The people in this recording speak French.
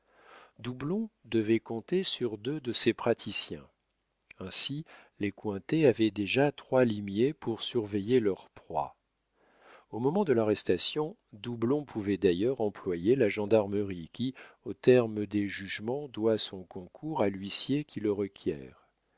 doublon devait compter sur deux de ses praticiens ainsi les cointet avaient déjà trois limiers pour surveiller leur proie au moment de l'arrestation doublon pouvait d'ailleurs employer la gendarmerie qui aux termes des jugements doit son concours à l'huissier qui la requiert